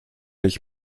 ich